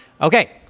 Okay